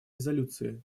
резолюции